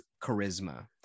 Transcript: charisma